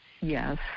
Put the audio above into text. Yes